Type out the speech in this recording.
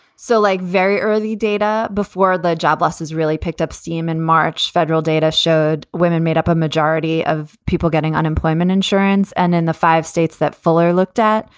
so like very early data before the job losses really picked up steam in march, federal data showed women made up a majority of people getting unemployment insurance. and in the five states that follow looked at,